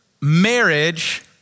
marriage